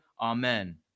Amen